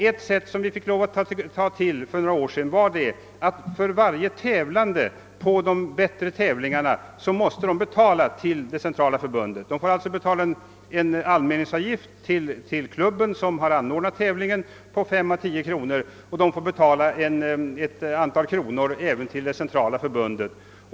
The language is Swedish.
Ett sätt, som vi fick ta till för några år sedan, var att varje deltagare i större tävling måste betala en slant till det centrala förbundet plus en anmälningsavgift på 5 å 10 kronor till den klubb som arrangerat tävlingen.